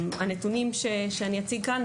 הנתונים שאני אציג כאן הם